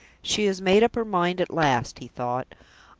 she has made up her mind at last, he thought.